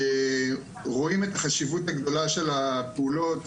רואים את החשיבות הגדולה של הפעולות,